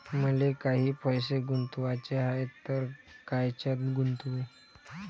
मले काही पैसे गुंतवाचे हाय तर कायच्यात गुंतवू?